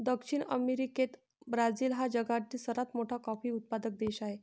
दक्षिण अमेरिकेत ब्राझील हा जगातील सर्वात मोठा कॉफी उत्पादक देश आहे